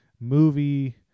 movie